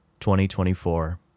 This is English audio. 2024